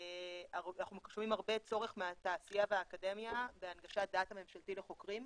אנחנו שומעים הרבה צורך מהתעשייה והאקדמיה בהנגשה דאטה ממשלתי לחוקרים,